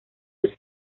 sus